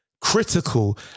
critical